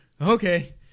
okay